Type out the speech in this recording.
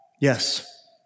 Yes